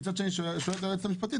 מצד שני שואלת היועצת המשפטית,